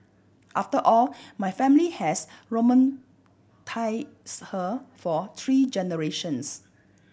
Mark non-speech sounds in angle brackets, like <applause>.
after all my family has <unintelligible> her for three generations